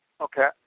okay